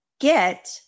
get